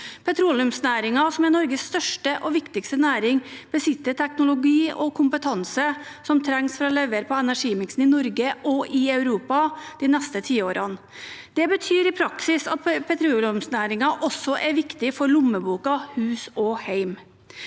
Petroleumsnæringen, som er Norges største og viktigste næring, besitter teknologi og kompetanse som trengs for å levere på energimiksen i Norge og i Europa de neste tiårene. Det betyr at petroleumsnæringen også er viktig for lommeboka, hus og hjem.